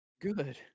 Good